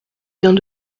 vient